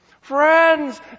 Friends